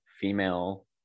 female